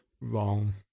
wrong